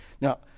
now